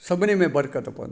सभिनी में बरक़त पवंदी